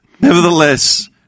Nevertheless